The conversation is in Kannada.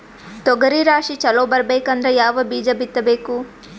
ತೊಗರಿ ರಾಶಿ ಚಲೋ ಬರಬೇಕಂದ್ರ ಯಾವ ಬೀಜ ಬಿತ್ತಬೇಕು?